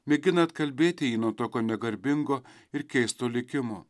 mėgina atkalbėti jį nuo tokio negarbingo ir keisto likimo